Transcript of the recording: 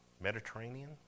Mediterranean